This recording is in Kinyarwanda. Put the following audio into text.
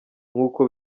nk’uko